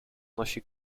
nosi